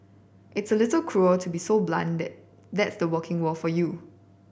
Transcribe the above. it's a little cruel to be so blunt that that's the working world for you